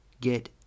get